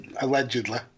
Allegedly